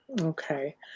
Okay